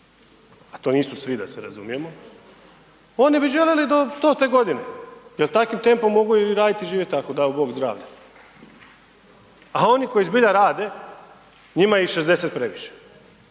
a to nisu svi da se razumijemo, oni bi željeli do 100.-te godine, jer takvim tempom mogu i raditi i živjeti tako, dao bog zdravlja. A oni koji zbilja rade njima je i 60 previše.